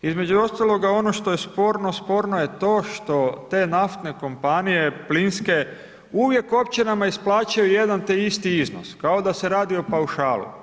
Između ostaloga ono što je sporno, sporno je to što te naftne kompanije plinske uvijek općinama isplaćuju jedan te isti iznos kao da se radi o paušalu.